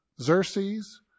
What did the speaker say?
Xerxes